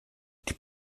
die